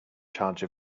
charge